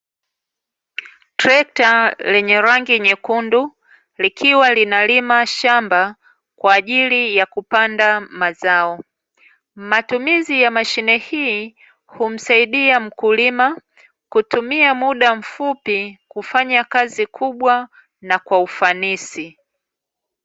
Trekta lenye rangi nyekundu likiwa linalima shamba kwa ajili ya kupanda mazao. Matumizi ya mashine hii humsaidia mkulima kutumia muda mfupi kufanya kazi kubwa na kwa ufanisi.